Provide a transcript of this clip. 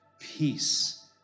peace